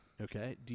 Okay